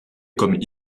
comme